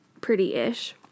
pretty-ish